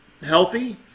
healthy